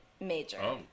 major